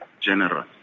generous